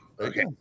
Okay